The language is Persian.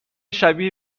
شبیه